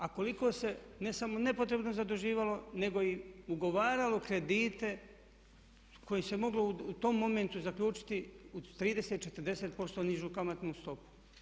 A koliko se ne samo nepotrebno zaduživalo nego ugovaralo kredite kojima se moglo u tom momentu zaključiti uz 30, 40% nižu kamatnu stopu.